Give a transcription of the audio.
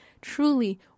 truly